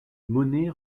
monet